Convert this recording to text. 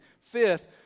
fifth